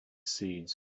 seeds